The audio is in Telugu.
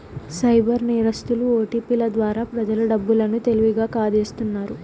సైబర్ నేరస్తులు ఓటిపిల ద్వారా ప్రజల డబ్బు లను తెలివిగా కాజేస్తున్నారు